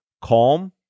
calm